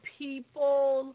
people